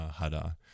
Hada